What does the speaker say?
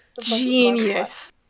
genius